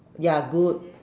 ya good